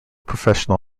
professional